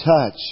touch